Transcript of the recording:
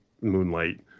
Moonlight